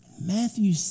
Matthew